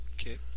Okay